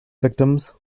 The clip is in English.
victims